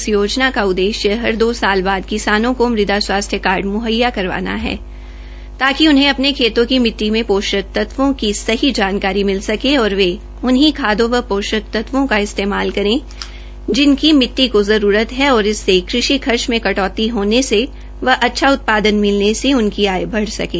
इस योजना का उद्देश्य हर दो साल बाद किसानों को मृदा स्वास्थ्य कार्ड मुहैया करवाना है ताकि उन्हें अपने खेतों की मिट्टी में पोषक तत्वों की सही जानकारी मिल सकें और वे उन्हीं खादों व पोषक तत्वों का इस्तेमाल करें जिनकी मिट्टी की जरूरत है और इससे कृषि खर्च में कटौती होने से व अच्छा उत्पान मिलने से उनकी आय बढ़ सकें